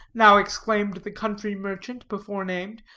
now exclaimed the country merchant before named,